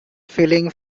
feeling